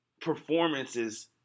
performances